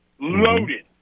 Loaded